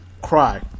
cry